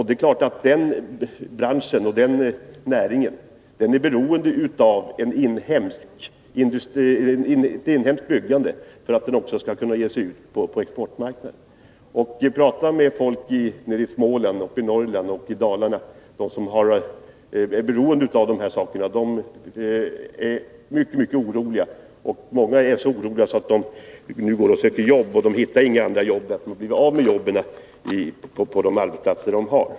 Det är klart att den branschen och den näringen är beroende av ett inhemskt byggande också när det gäller att ge sig ut på exportmarknaden. Tala med folk nere i Småland, uppe i Norrland eller i Dalarna, tala med människor som är beroende av de här sakerna! Människorna är mycket oroliga. Många är så oroliga att de nu går och söker jobb. Men de hittar inga jobb, därför att man har blivit av med jobben på de arbetsplatser som finns.